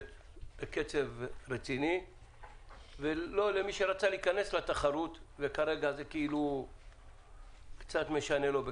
בקצב רציני ולא למי שרצה להיכנס לתחרות וכרגע זה קצת משנה לו.